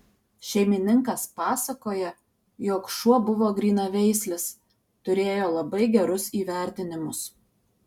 šeimininkas pasakoja jog šuo buvo grynaveislis turėjo labai gerus įvertinimus